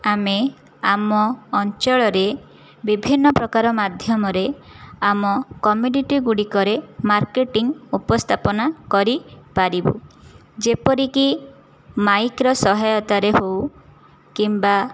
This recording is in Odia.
ଆମେ ଆମ ଅଞ୍ଚଳରେ ବିଭିନ୍ନ ପ୍ରକାର ମାଧ୍ୟମରେ ଆମ କମ୍ୟୁନିଟିଗୁଡ଼ିକରେ ମାର୍କେଟିଂ ଉପସ୍ଥାପନା କରିପାରିବୁ ଯେପରିକି ମାଇକ୍ର ସହାୟତାରେ ହେଉ କିମ୍ବା